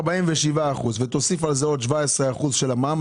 47%. ותוסיף על זה עוד 17% של המע"מ,